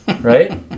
right